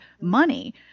money